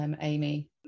Amy